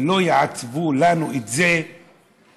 ולא שיעצבו לנו את זה בדרכם,